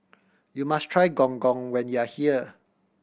you must try Gong Gong when you are here